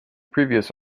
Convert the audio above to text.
previous